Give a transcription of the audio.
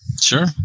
Sure